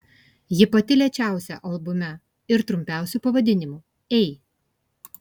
ji pati lėčiausia albume ir trumpiausiu pavadinimu ei